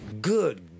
Good